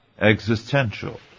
existential